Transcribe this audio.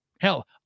Hell